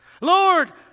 Lord